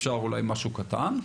אפשר אולי משהו קטן.